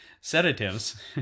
sedatives